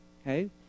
Okay